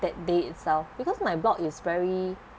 that day itself because my block is very